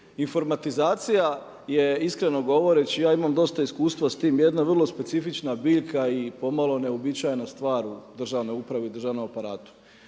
informatizacija je iskreno govoreći ja imam dosta iskustva s tim jedna vrlo specifična biljka i pomalo neuobičajena stvar u državnoj upravi i državnom aparatu.